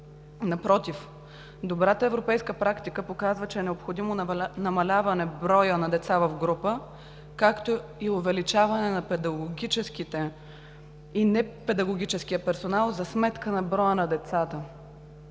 Напротив, добрата европейска практика показва, че е необходимо намаляване броя на деца в група, както и увеличаване на педагогическия и непедагогическия персонал за сметка на броя на децата.